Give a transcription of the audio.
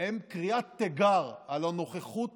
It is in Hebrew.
הם קריאת תיגר על הנוכחות